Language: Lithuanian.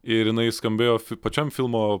ir jinai skambėjo pačiam filmo